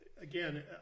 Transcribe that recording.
again